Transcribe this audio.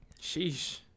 Sheesh